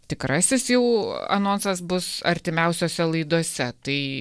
tikrasis jau anonsas bus artimiausiose laidose tai